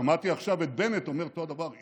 שמעתי עכשיו את בנט אומר אותו הדבר,